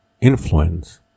influence